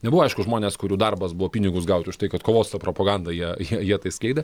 nebuvo aišku žmonės kurių darbas buvo pinigus gauti už tai kad kovos su ta propaganda jie jie jie tai skaidė